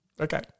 Okay